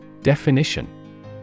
Definition